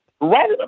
Right